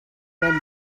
berlin